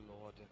Lord